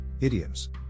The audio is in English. Idioms